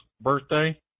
birthday